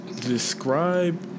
describe